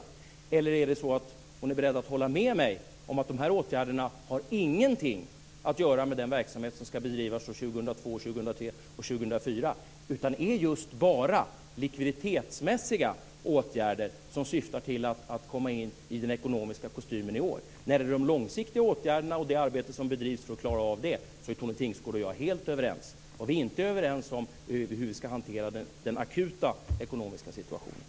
Eller är hon beredd att hålla med mig om att dessa åtgärder inte har någonting att göra med den verksamhet som ska bedrivas 2002, 2003 och 2004 utan bara är just likviditetsmässiga åtgärder som syftar till att komma i den ekonomiska kostymen i år? När det gäller de långsiktiga åtgärderna och det arbete som bedrivs för att klara av dem är Tone Tingsgård och jag helt överens. Vad vi inte är överens om är hur vi ska hantera den akuta ekonomiska situationen.